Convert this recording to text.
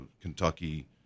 Kentucky